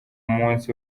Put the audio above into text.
munsi